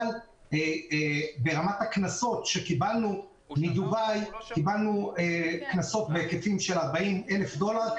בעוד שרמת הקנסות שקיבלנו מדובאי הייתה בהיקפים של 40,000 דולר,